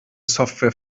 software